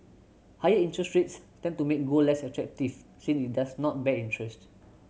higher interest rates tend to make gold less attractive since it does not bear interest